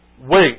wait